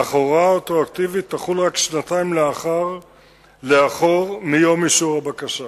אך ההוראה הרטרואקטיבית תחול רק שנתיים לאחור מיום אישור הבקשה.